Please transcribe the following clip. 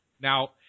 Now